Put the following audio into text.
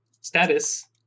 status